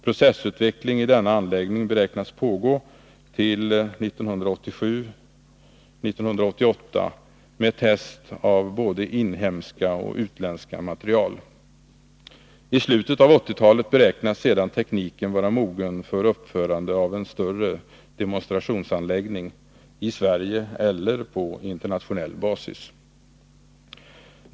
Processutveckling i denna anläggning beräknas pågå till 1987/88 med test av både inhemska och utländska material. I slutet av 1980-talet beräknas sedan tekniken vara mogen för uppförande av en större demonstrationsanläggning, i Sverige eller på internationell basis.